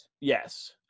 Yes